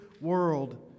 world